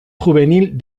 juvenil